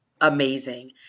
amazing